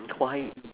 why